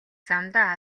замдаа